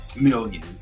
million